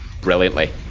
brilliantly